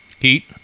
Heat